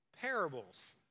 parables